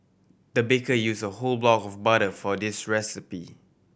the baker use a whole block of butter for this recipe